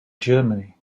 germany